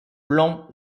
plan